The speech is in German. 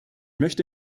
möchte